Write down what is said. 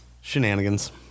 Shenanigans